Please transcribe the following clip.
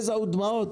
יזע ודמעות?